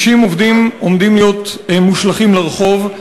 60 עובדים עומדים להיות מושלכים לרחוב.